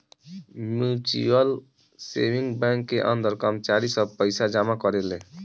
mutual saving bank के अंदर कर्मचारी सब पइसा जमा करेले